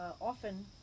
often